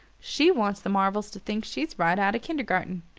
she wants the marvells to think she's right out of kindergarten.